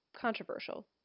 controversial